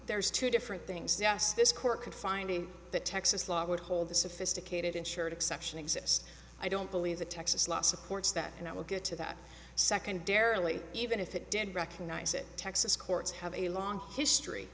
there's two different things yes this court could find in the texas law would hold the sophisticated insured exception exists i don't believe the texas law supports that and i will get to that secondarily even if it did recognize it texas courts have a long history